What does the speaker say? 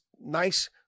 nice